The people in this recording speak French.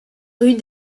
rue